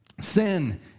Sin